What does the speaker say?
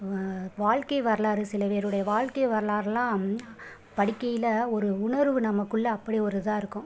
வாழ்க்கை வரலாறு சில பேருடைய வாழ்க்கை வரலாறுலாம் படிக்கையில் ஒரு உணர்வு நமக்குள்ளே அப்படி ஒரு இதாயிருக்கும்